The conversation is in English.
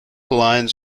lines